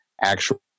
actual